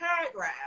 paragraph